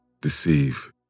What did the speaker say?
deceive